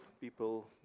people